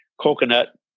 coconut